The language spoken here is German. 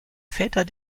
väter